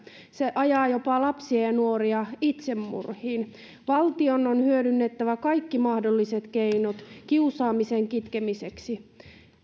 se ajaa jopa lapsia ja ja nuoria itsemurhiin valtion on hyödynnettävä kaikki mahdolliset keinot kiusaamisen kitkemiseksi